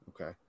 okay